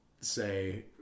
say